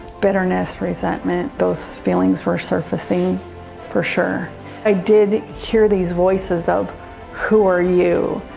bitterness resentment, those feelings for surfacing for sure i did hear these voices of who are you.